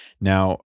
Now